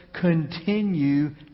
continue